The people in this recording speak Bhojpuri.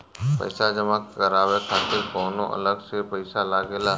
पईसा जमा करवाये खातिर कौनो अलग से पईसा लगेला?